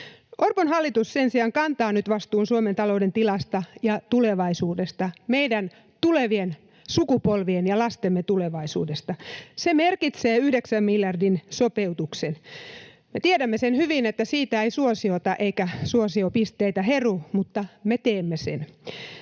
Orpon hallitus sen sijaan kantaa nyt vastuun Suomen talouden tilasta ja tulevaisuudesta, meidän tulevien sukupolviemme ja lastemme tulevaisuudesta. Se merkitsee yhdeksän miljardin sopeutusta. Me tiedämme sen hyvin, että siitä ei suosiota eikä suosiopisteitä heru, mutta me teemme sen.